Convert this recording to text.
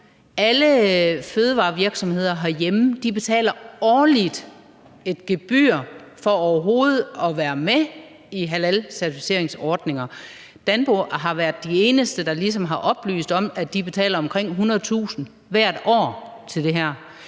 Alle fødevarevirksomheder herhjemme betaler årligt et gebyr for overhovedet at være med i halalcertificeringsordninger. Danpo har været de eneste, der har oplyst om, at de betaler omkring 100.000 kr. hvert år til det her.